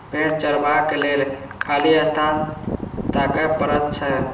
भेंड़ चरयबाक लेल खाली स्थान ताकय पड़ैत छै